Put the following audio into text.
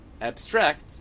abstract